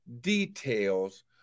details